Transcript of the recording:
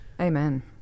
Amen